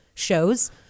shows